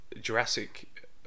Jurassic